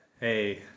Hey